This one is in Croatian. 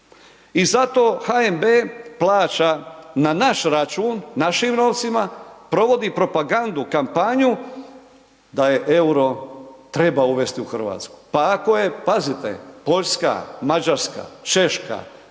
i zato NHB plaća na naš račun, našim novcima, provodi propagandu kampanju da je EUR-o treba uvesti u Hrvatsku. Pa ako je pazite Poljska, Mađarska, Češka,